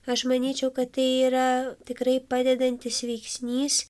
aš manyčiau kad tai yra tikrai padedantis veiksnys